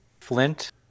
Flint